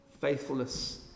faithfulness